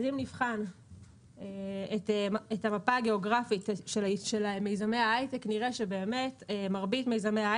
אם נבחן את המפה הגאוגרפית של מיזמי ההייטק נראה שמרבית המיזמים,